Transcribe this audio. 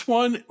one